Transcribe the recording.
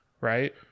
Right